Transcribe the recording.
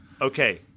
Okay